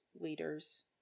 leaders